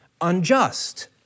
unjust